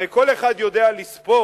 הרי כל אחד יודע לספור,